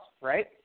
right